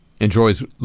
enjoys